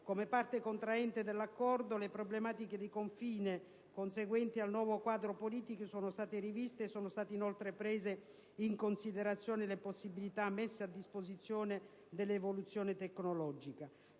come parte contraente dell'Accordo, le problematiche di confine conseguenti al nuovo quadro politico sono state riviste e sono state inoltre prese in considerazione le possibilità messe a disposizione dall'evoluzione tecnologica.